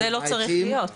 זה לא צריך להיות.